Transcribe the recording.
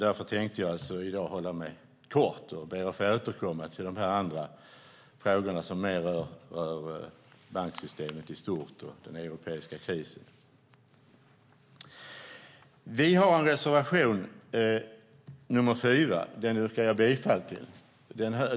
Därför tänker jag hålla mig kort i dag och ber att få återkomma till de andra frågorna som mer rör banksystemet i stort och den europeiska krisen. Vi har en reservation, nr 4, som jag yrkar bifall till.